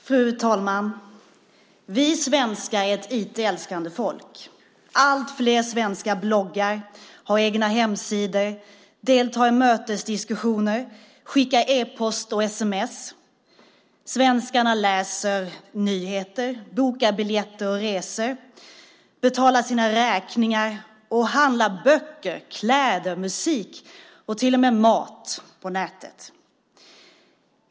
Fru talman! Vi svenskar är ett IT-älskade folk. Allt fler svenskar bloggar, har egna hemsidor, deltar i mötesdiskussioner, skickar e-post och sms. Svenskarna läser nyheter, bokar biljetter och resor, betalar sina räkningar och handlar böcker, kläder, musik och till och med mat på nätet.